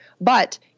But-